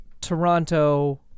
Toronto